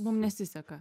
mum nesiseka